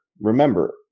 remember